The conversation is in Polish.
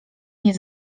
nie